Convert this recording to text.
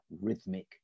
rhythmic